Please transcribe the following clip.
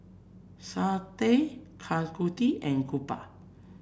Satya Tanguturi and Gopal